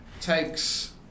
takes